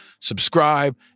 subscribe